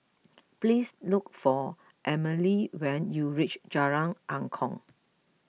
please look for Amelie when you reach Jalan Angklong